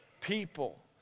people